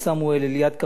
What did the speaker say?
לליאת קרפטי,